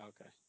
Okay